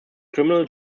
criminal